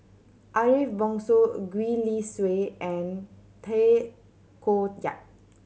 Ariff Bongso Gwee Li Sui and Tay Koh Yat